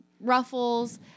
Ruffles